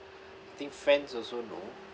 I think friends also no